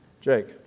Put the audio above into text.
Jake